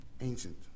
ancient